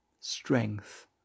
strength